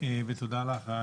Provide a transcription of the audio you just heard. ותודה לך,